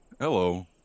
Hello